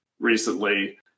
recently